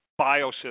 biosystem